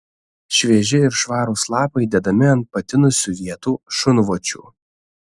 švieži ir švarūs lapai dedami ant patinusių vietų šunvočių